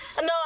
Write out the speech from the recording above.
No